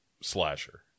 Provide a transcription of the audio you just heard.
slasher